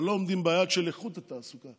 אבל לא עומדים ביעד של איכות התעסוקה.